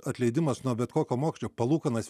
atleidimas nuo bet kokio mokesčio palūkanas